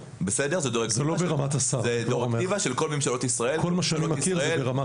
בית ספר ליד בית ספר מוכר שאינו רשמי,